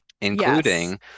including